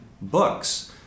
books